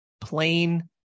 plain